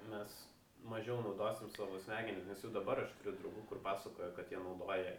mes mažiau naudosim savo smegenis nes jau dabar aš turiu draugų kur pasakojo kad jie naudoja